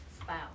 spouse